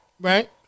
Right